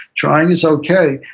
trying is okay,